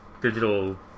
digital